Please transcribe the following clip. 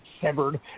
severed